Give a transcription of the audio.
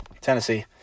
Tennessee